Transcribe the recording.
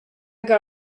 got